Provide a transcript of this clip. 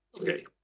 Okay